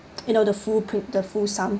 you know the full pru~ the full sum